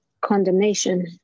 condemnation